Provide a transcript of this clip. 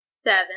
Seven